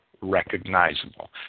recognizable